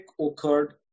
occurred